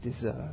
deserve